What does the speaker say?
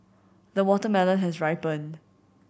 the watermelon has ripened